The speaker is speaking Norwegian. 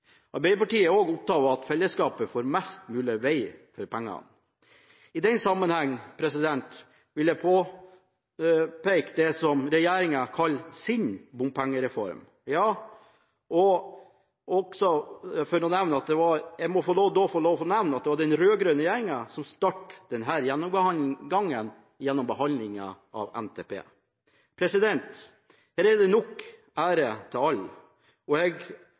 Arbeiderpartiet er åpen for, og ønsker velkommen, nye og smartere modeller for å bygge veg. Arbeiderpartiet er også opptatt av at fellesskapet får mest mulig veg for pengene. I den sammenheng vil jeg peke på det som regjeringen kaller sin bompengereform. Jeg må da få lov å nevne at det var den rød-grønne regjeringen som startet denne gjennomgangen gjennom behandlingen av NTP. Her er det nok ære til alle, og jeg